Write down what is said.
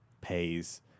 pays